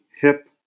hip